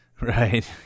right